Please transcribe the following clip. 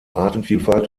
artenvielfalt